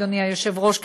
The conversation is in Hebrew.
אדוני היושב-ראש,